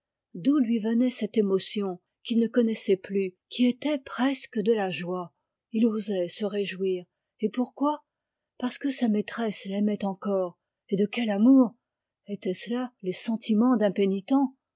d'où lui venait cette émotion qu'il ne connaissait plus qui était presque de la joie il osait se réjouir et pourquoi parce que sa maîtresse l'aimait encore et de quel amour étaient-ce là les sentiments